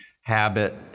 habit